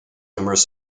numerous